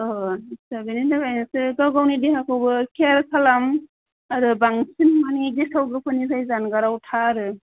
औ आटसा बेनि थाखाय नोंसोर गाव गावनि देहाखौबि केयार खालाम आरो बांसिन मानि गेसाव गोफोननिफ्राय जानगाराव था आरो